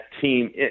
team